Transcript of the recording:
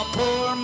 poor